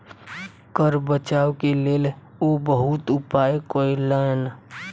कर बचाव के लेल ओ बहुत उपाय कयलैन